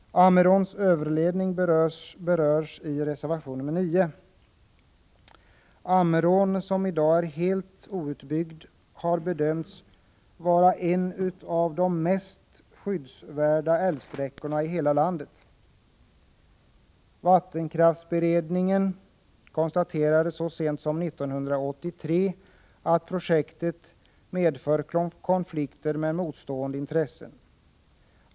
Ammeråns överledning berörs i reservation 9. Ammerån, som i dag är helt outbyggd, har bedömts vara en av de mest skyddsvärda älvsträckorna i hela landet. Vattenkraftberedningen konstaterade så sent som 1983 att projektet medför konflikter mellan motstående intressen.